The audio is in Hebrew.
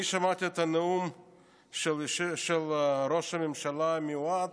אני שמעתי את הנאום של ראש הממשלה המיועד.